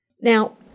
Now